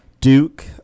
Duke